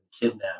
kidnapped